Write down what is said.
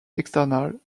external